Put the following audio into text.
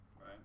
right